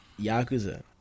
Yakuza